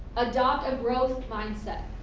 adopt a growth mind set.